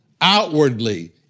outwardly